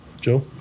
Joe